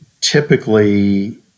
Typically